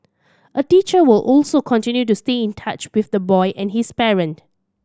a teacher will also continue to stay in touch with the boy and his parent